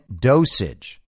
dosage